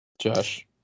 josh